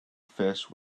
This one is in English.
fish